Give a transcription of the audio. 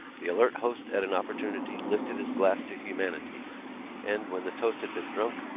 the alert host at an opportunity lifted his glass to humanity and, when the toast had been drunk,